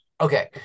Okay